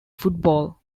football